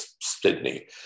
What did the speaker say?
Sydney